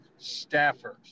staffers